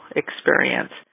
experience